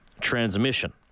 transmission